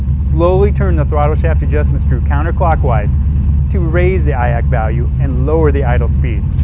slowly turn the throttle shaft adjustment screw counterclockwise to raise the iac value and lower the idle speed.